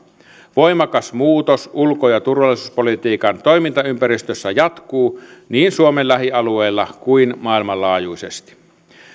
voimakas muutos ulko ja turvallisuuspolitiikan toimintaympäristössä jatkuu niin suomen lähialueilla kuin maailmanlaajuisesti